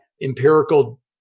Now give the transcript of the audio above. empirical